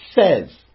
says